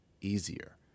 easier